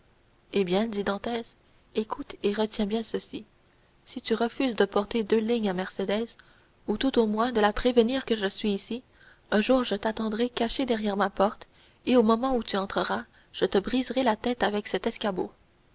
eh bien dit dantès écoute et retiens bien ceci si tu refuses de prévenir le gouverneur que je désire lui parler si tu refuses de porter deux lignes à mercédès ou tout au moins de la prévenir que je suis ici un jour je t'attendrai derrière ma porte et au moment où tu entreras je te briserai la tête avec cet escabeau